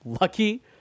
lucky